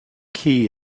key